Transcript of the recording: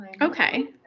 Okay